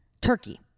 Turkey